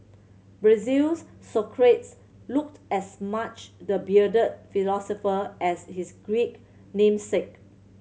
Brazil's looked as much the bearded philosopher as his Greek namesake